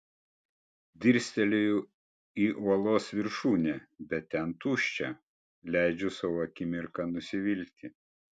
dirsteliu į uolos viršūnę bet ten tuščia leidžiu sau akimirką nusivilti